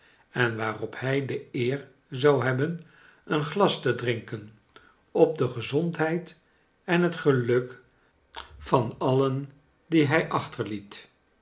en waarop hij de eer zou hebben een glas te drinkeh op de gezondheid en het geluk van alien die hij achterliet